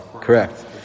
Correct